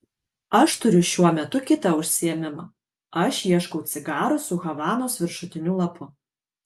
aš turiu šiuo metu kitą užsiėmimą aš ieškau cigarų su havanos viršutiniu lapu